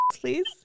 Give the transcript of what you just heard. please